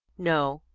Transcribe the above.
no.